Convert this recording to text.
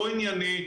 לא ענייני,